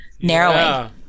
narrowing